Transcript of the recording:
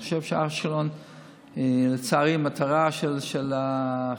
אני חושב שאשקלון לצערי היא מטרה של החמאס,